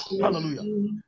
Hallelujah